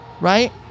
Right